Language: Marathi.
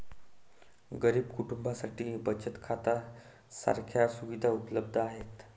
गरीब कुटुंबांसाठी बचत खात्या सारख्या सुविधा उपलब्ध आहेत